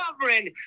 covering